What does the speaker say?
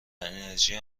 انرژی